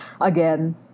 again